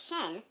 shen